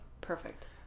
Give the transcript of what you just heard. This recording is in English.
Perfect